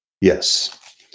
Yes